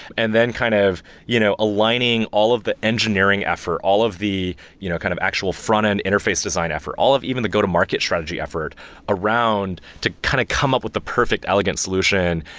and then kind of you know aligning all of the engineering effort, all of the you know kind of actual front-end interface design effort, all of even the go-to-market strategy effort around to kind of come up with the perfect elegant solution,